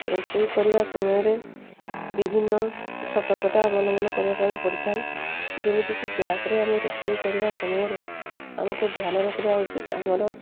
ରୋଷେଇ କରିବା ସମୟରେ ବିଭିନ୍ନ ସତର୍କତା ଅବଲମ୍ବନ କରିବା ପାଇଁ ପଡ଼ିଥାଏ ଯେମିତିକି ଗ୍ୟାସ୍ରେ ଆମେ ରୋଷେଇ କରିବା ସମୟରେ ଆମକୁ ଧ୍ୟାନ ରଖିବା ଉଚିତ୍ ଆମର